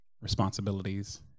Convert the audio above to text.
responsibilities